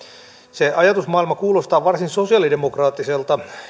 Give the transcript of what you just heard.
se ajatusmaailma kuulostaa varsin sosiaalidemokraattiselta